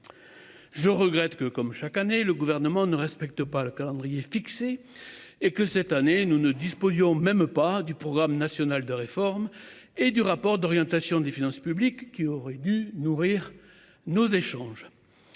Je regrette que comme chaque année, le gouvernement ne respecte pas le calendrier fixé et que cette année nous ne disposions même pas du programme national de réformes et du rapport d'orientation des finances publiques qui aurait dit, nourrir nos échanges.